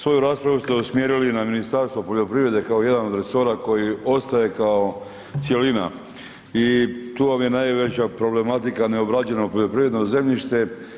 Svoju raspravu ste usmjerili na Ministarstvo poljoprivrede kao jedan od resora koji ostaje kao cjelina i tu vam je najveća problematika neobrađeno poljoprivredno zemljište.